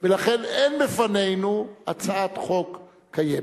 ולכן אין בפנינו הצעת חוק קיימת.